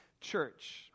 church